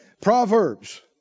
Proverbs